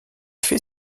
fait